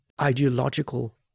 ideological